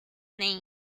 name